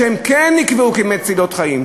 שכן נקבעו כמצילות חיים,